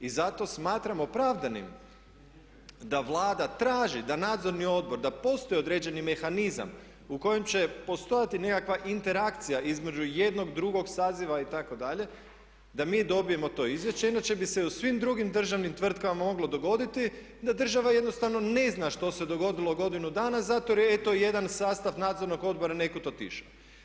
I zato smatram opravdanim da Vlada traži da nadzorni odbor, da postoji određeni mehanizam u kojem će postojati nekakva interakcija između jednog, drugog saziva itd. da mi dobijemo to izvješće inače bi se i u svim drugim državnim tvrtkama moglo dogoditi da država jednostavno ne zna što se dogodilo godinu dana zato eto jer je jedan sastav nadzornog odbora nekud otišao.